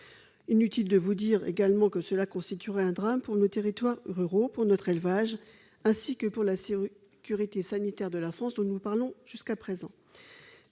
n'ignorez pas non plus que cela constituerait un drame pour nos territoires ruraux, pour notre élevage, ainsi que pour la sécurité sanitaire de la France dont nous parlons jusqu'à présent.